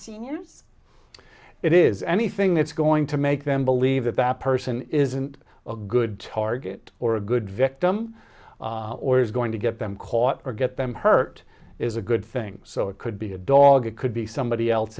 seniors it is anything that's going to make them believe that that person isn't a good target or a good victim or is going to get them caught or get them hurt is a good thing so it could be a dog it could be somebody else